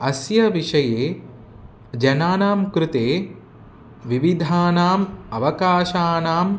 अस्य विषये जनानां कृते विविधानां अवकाशानाम्